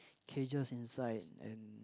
cages inside and